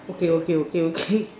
okay okay okay okay